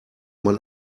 man